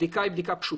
הבדיקה היא פשוטה,